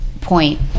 point